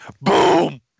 Boom